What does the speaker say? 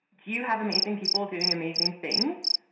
you have amazing people doing amazing things?